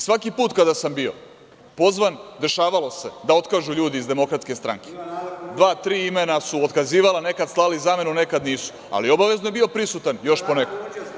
Svaki put kada sam bio pozvan dešavalo se da otkažu ljudi iz DS. (Marijan Rističević: Bila je Nada Kolundžija.) Dva, tri imena su otkazivala, nekad slali zamenu, nekad nisu, ali obavezno je bio prisutan još po neko.